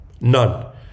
None